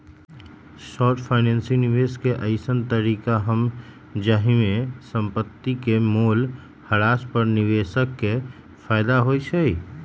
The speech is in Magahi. शॉर्ट फाइनेंस निवेश के अइसँन तरीका हइ जाहिमे संपत्ति के मोल ह्रास पर निवेशक के फयदा होइ छइ